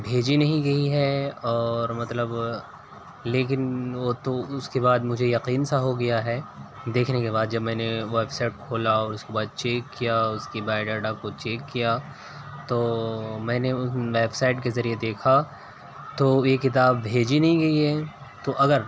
بھیجی نہیں گئی ہے اور مطلب لیکن وہ تو اس کے بعد مجھے یقین سا ہو گیا ہے دیکھنے کے بعد جب میں نے واٹس ایپ کھولا اور اس کے بعد چیک کیا اور اس کے بائی ڈاٹا کو چیک کیا تو میں نے ویب سائٹ کے ذریعے دیکھا تو یہ کتاب بھیجی نہیں گئی ہے تو اگر